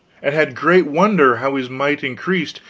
and had great wonder how his might increased,